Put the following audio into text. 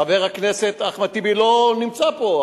חבר הכנסת אחמד טיבי לא נמצא פה,